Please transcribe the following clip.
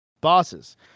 bosses